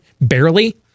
barely